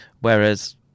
whereas